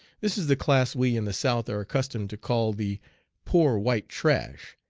this is the class we in the south are accustomed to call the poor white trash,